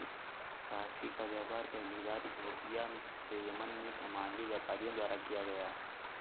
coffee का व्यापार पहली बार इथोपिया से यमन में सोमाली व्यापारियों द्वारा किया गया